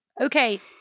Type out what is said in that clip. okay